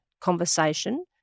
conversation